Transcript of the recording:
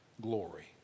glory